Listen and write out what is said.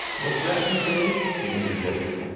what's that you say? he interjected.